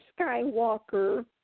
Skywalker